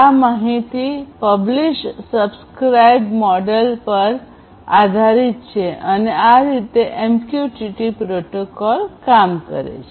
આ માહિતી publish subscribe model પર આધારિત છે અને આ રીતેએમક્યુટીટી પ્રોટોકોલ કામ કરે છે